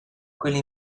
quelle